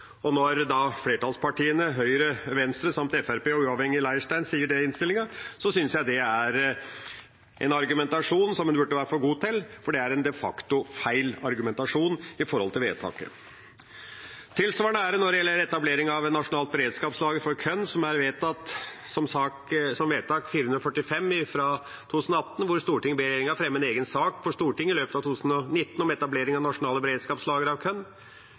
Når flertallspartiene Høyre, Venstre samt Fremskrittspartiet og uavhengig representant Leirstein sier det i innstillinga, synes jeg det er en argumentasjon som en burde holde seg for god til, for det er de facto en feil argumentasjon i forhold til vedtaket. Tilsvarende er det når det gjelder etablering av nasjonalt beredskapslager for korn, som er vedtak nr. 445 fra 2018: «Stortinget ber regjeringen fremme en egen sak for Stortinget i løpet av 2019 om etablering av nasjonale beredskapslagre av